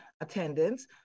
attendance